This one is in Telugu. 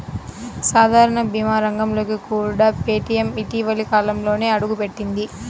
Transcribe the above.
సాధారణ భీమా రంగంలోకి కూడా పేటీఎం ఇటీవలి కాలంలోనే అడుగుపెట్టింది